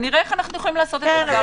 ונראה איך אפשר לעשות את זה.